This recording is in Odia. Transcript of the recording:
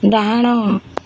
ଡାହାଣ